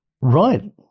Right